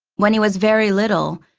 when he was very little,